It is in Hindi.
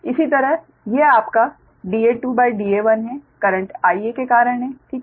इसी तरह यह आपका Da2 Da1 है करंट Ia के कारण है ठीक है